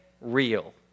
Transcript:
real